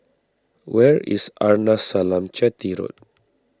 where is Arnasalam Chetty Road